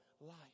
life